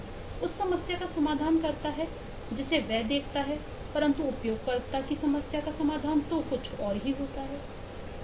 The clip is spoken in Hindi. उस समस्या का समाधान करता है जिसे वह देखता है परंतु उपयोगकर्ता की समस्या का समाधान तो हुआ ही नहीं